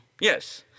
Yes